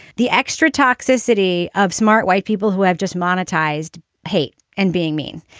the extra toxicity of smart white people who have just monetized hate and being mean.